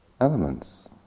elements